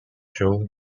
show